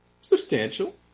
substantial